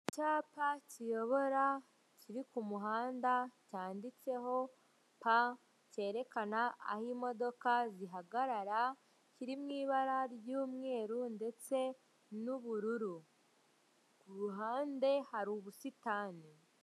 Icyapa kiyobora, kiri ku ku muhanda cyanditseho pa, kerekana aho imodoka zihagarara, kiri mu ibara ry'umweru ndetse n'ubururu, ruhande hari ubusitani.